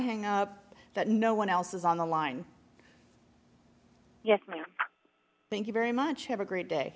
hang up that no one else is on the line yes ma'am thank you very much have a great day